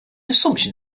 assumption